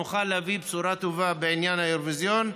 נוכל להביא בשורה טובה בעניין האירוויזיון.